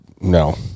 no